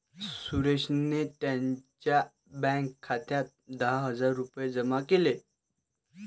सुरेशने त्यांच्या बँक खात्यात दहा हजार रुपये जमा केले